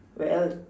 where else